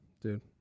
dude